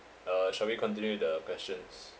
uh shall we continue with the questions